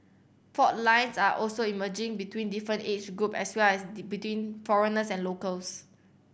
fault lines are also emerging between different age groups as well as the between foreigners and locals